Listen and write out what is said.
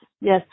yes